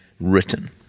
written